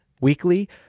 weekly